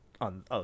On